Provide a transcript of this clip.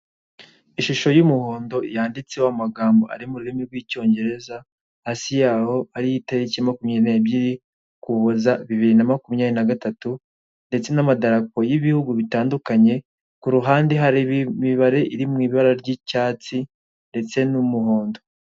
Ishusho y'umuhondo yanditseho amagambo ari mu rurimi rw'icyongereza, hasi yaho hariho itariki ya makumyabiri n'ebyiri, ukuboza, bibiri na makumyabiri na gatatu, ndetse n'amadarapo y'ibihugu bitandukanye, ku ruhande hari imibare iri mu ibara ry'icyatsi ndetse n'umuhondo.